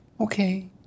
okay